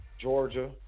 Georgia